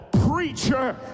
preacher